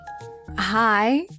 hi